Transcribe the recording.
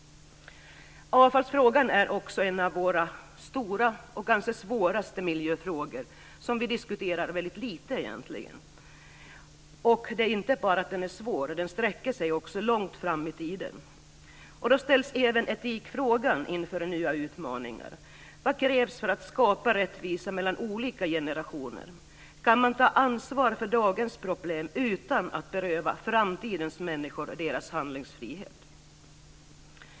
Avfallsfrågan är också en av våra stora och kanske svåraste miljöfrågor som vi egentligen diskuterar väldigt lite. Den är inte bara svår, utan den sträcker sig också långt fram i tiden. Då ställs även etikfrågan inför nya utmaningar. Vad krävs för att skapa rättvisa mellan olika generationer? Kan man ta ansvar för dagens problem utan att beröva framtidens människor deras handlingsfrihet?